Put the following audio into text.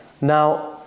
Now